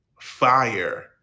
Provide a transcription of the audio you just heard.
fire